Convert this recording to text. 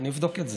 אני אבדוק את זה.